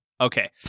Okay